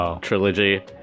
trilogy